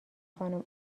خانم